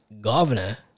governor